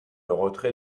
retrait